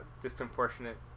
disproportionate